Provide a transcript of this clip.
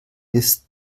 ist